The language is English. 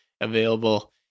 available